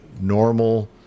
normal